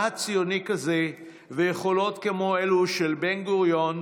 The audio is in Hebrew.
להט ציוני כזה ויכולות כמו אלו של בן-גוריון,